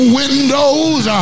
windows